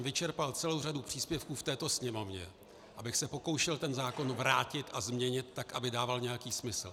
Vyčerpal jsem celou řadu příspěvků v této Sněmovně, abych se pokoušel ten zákon vrátit a změnit tak, aby dával nějaký smysl.